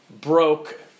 broke